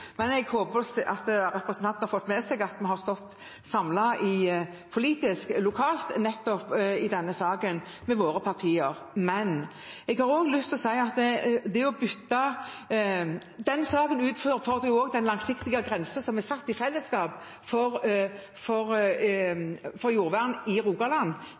Men jeg håper at representanten har fått med seg at vi, våre partier, har stått samlet politisk lokalt i denne saken. Når det gjelder den langsiktige grensen som er satt i felleskap for jordvern i Rogaland, er det også et utgangspunkt i denne saken. Jeg mener at